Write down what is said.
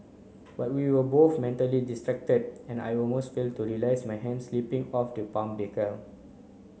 but we were both mentally distracted and I almost fail to realise my hand slipping off the palm decal